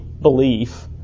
belief